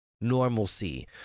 normalcy